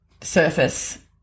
surface